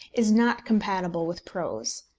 is not compatible with prose.